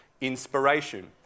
inspiration